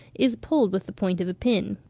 is pulled with the point of a pin.